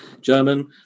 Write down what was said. German